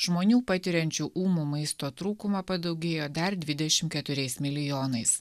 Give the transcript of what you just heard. žmonių patiriančių ūmų maisto trūkumą padaugėjo dar dvidešim keturiais milijonais